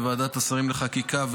בוועדת השרים לחקיקה,